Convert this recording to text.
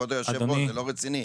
כבוד היושב ראש זה לא רציני.